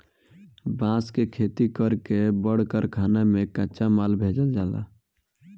बांस के खेती कर के बड़ कारखाना में कच्चा माल भेजल जाला